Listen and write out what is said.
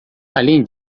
além